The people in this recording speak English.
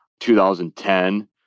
2010